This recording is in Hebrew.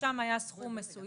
ושם היה סכום מסוים.